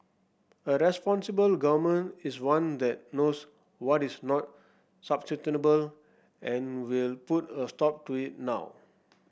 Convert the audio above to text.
a responsible Government is one that knows what is not sustainable and will put a stop to it now